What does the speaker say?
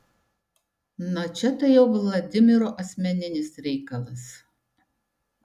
na čia tai jau vladimiro asmeninis reikalas